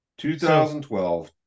2012